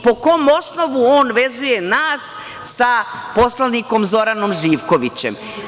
Po kom osnovu on vezuje nas sa poslanikom Zoranom Živkovićem?